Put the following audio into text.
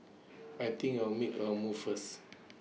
I think I'll make A move first